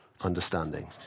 understanding